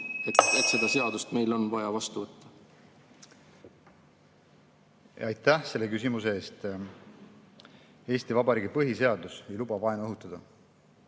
et see seadus on vaja vastu võtta? Aitäh selle küsimuse eest! Eesti Vabariigi põhiseadus ei luba vaenu õhutada,